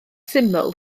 syml